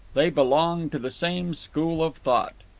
they belonged to the same school of thought.